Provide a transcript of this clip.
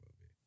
movie